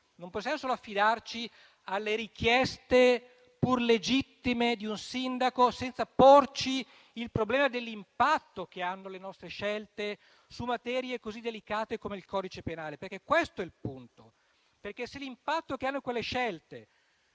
Non possiamo solo affidarci alle richieste, pur legittime, di un sindaco, senza porci il problema dell'impatto che hanno le nostre scelte su materie così delicate come il codice penale. Questo è il punto, perché se l'impatto di quelle scelte,